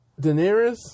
Daenerys